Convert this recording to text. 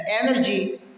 energy